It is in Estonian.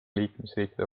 liikmesriikide